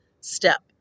step